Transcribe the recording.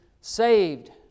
saved